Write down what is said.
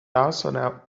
also